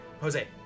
Jose